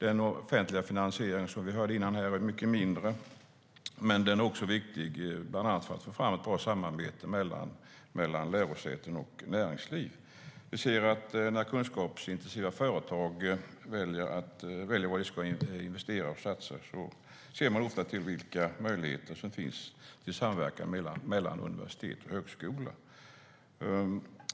Den offentliga finansieringen är, som vi hörde här tidigare, är mycket mindre. Men den är också viktig, bland annat för att få fram ett bra samarbete mellan lärosäten och näringsliv. Vi ser att när kunskapsintensiva företag väljer att investera och satsa ser de ofta till vilka möjligheter som finns till samverkan med universitet och högskola.